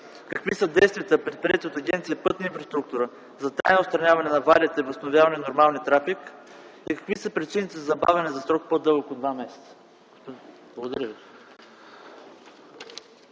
Какви са действията, предприети от Агенция „Пътна инфраструктура” за трайно отстраняване на аварията и възстановяване на нормалния трафик? – Какви са причините за забавяне за срок по-дълъг от два месеца? Благодаря Ви.